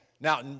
now